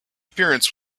appearance